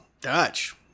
Dutch